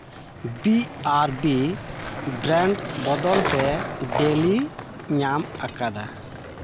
B R B brand ᱵᱚᱫᱚᱞᱛᱮ ᱰᱮᱞᱤ ᱧᱟᱢ ᱟᱠᱟᱫᱟ